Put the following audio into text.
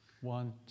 One